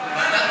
ועדת